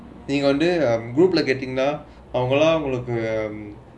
நீங்க வந்து அவங்களாம் உங்களுக்கு:neenga vanthu avangalaam unggalukku